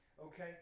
okay